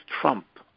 Trump